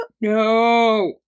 No